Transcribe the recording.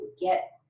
get